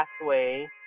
pathway